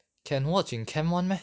can watch in camp [one] meh